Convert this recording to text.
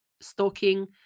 stalking